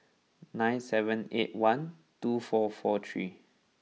nine seven eight one two four four three